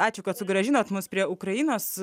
ačiū kad sugrąžinot mus prie ukrainos